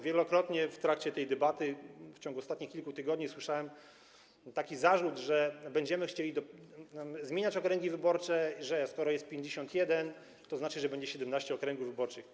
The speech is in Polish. Wielokrotnie w trakcie tej debaty w ciągu ostatnich kilku tygodni słyszałem taki zarzut, że będziemy chcieli zmieniać okręgi wyborcze, że skoro jest 51, to znaczy, że będzie 17 okręgów wyborczych.